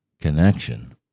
connection